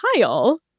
Kyle